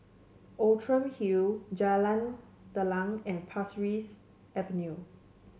Outram Hill Jalan Telang and Pasir Ris Avenue